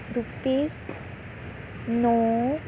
rupees ਨੌਂ